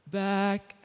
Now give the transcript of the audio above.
back